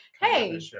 hey